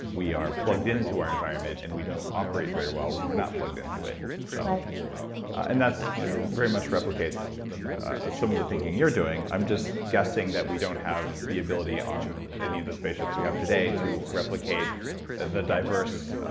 we are plugged into our environment and we don't operate very well when we're not plugged into it so and that very much replicates some of the thinking you're doing. i'm just guessing that we don't have the ability on any of the spaceships we have today to replicate the diverse